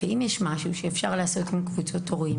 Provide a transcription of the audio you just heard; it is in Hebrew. ואם יש משהו שאפשר לעשות עם קבוצות הורים